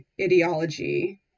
ideology